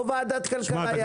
לא ועדת כלכלה יזמה את זה.